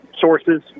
Sources